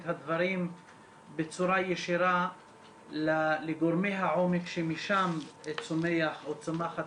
הדברים בצורה ישירה לגורמי העומק שמשם צומח או צומחת